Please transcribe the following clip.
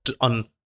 on